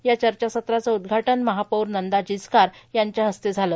या चर्चासत्राचं उद्घाटन महापौर नंदा जिचकार यांच्या हस्ते झालं